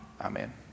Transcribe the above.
amen